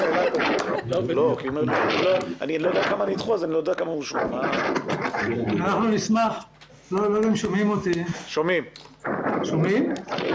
גם אנחנו וגם אתם מודעים לדחיפות.